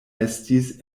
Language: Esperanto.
estis